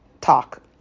talk